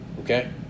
Okay